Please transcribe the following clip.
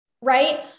right